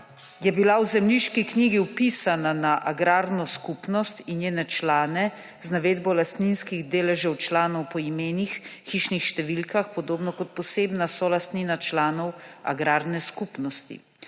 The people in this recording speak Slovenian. je bila v zemljiški knjigi vpisana na agrarno skupnost in njene člane z navedbo lastninskih deležev članov po imenih, hišnih številkah, podobno kot posebna solastnina članov agrarne skupnosti.